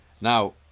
Now